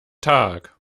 tag